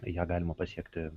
ją galima pasiekti